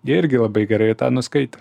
jie irgi labai gerai tą nuskaito